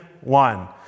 one